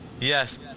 Yes